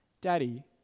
Daddy